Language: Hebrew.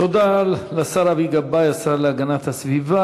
תודה לשר אבי גבאי, השר להגנת הסביבה.